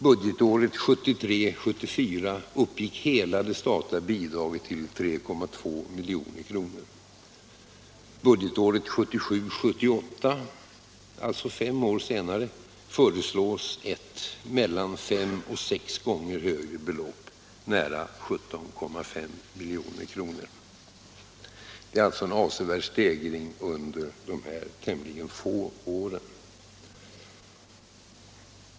Budgetåret 1973 78 — alltså fem år senare — föreslås ett mellan fem och sex gånger högre belopp, nära 17,5 milj.kr. Det är alltså en avsevärd stegring under de här tämligen få åren.